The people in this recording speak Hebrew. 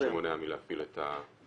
לא ניתן צו שמונע מלהפעיל את החוזר,